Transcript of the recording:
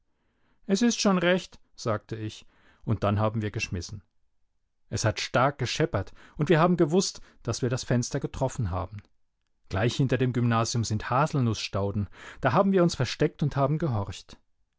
es ist schon recht sagte ich und dann haben wir geschmissen es hat stark gescheppert und wir haben gewußt daß wir das fenster getroffen haben gleich hinter dem gymnasium sind haselnußstauden da haben wir uns versteckt und haben gehorcht